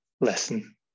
lesson